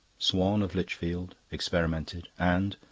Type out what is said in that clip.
swan of lichfield, experimented and,